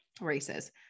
races